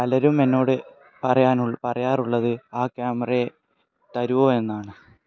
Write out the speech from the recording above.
പലരും എന്നോട് പറയാന് പറയാറുള്ളത് ആ ക്യാമറയെ തരുമോ എന്നാണ്